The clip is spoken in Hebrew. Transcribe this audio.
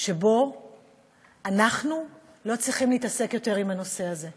שבו אנחנו לא צריכים להתעסק יותר בנושא הזה.